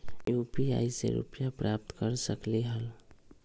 UPI से रुपए प्राप्त कर सकलीहल?